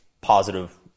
positive